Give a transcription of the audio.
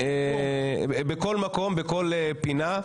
בכל מקום, בכל פינה.